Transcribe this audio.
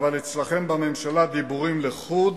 אבל אצלכם בממשלה דיבורים לחוד